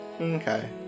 Okay